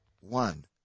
One